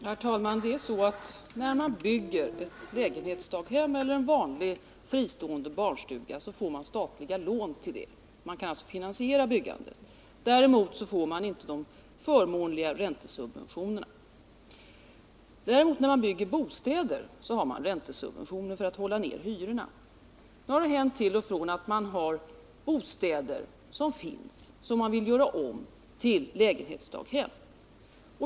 Herr talman! Det är så att när man bygger ett lägenhetsdaghem eller en vanlig fristående barnstuga får man statliga lån till det. Man kan alltså finansiera byggandet, men man får inte de förmånliga räntesubventionerna. När man bygger bostäder utgår däremot räntesubventioner för att hyrorna skall kunna hållas nere. Nu har det hänt till och från att man vill göra om befintliga bostäder till lägenhetsdaghem.